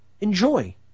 Enjoy